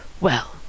Well